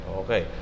okay